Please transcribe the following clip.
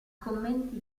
commenti